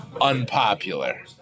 unpopular